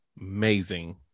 amazing